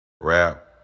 rap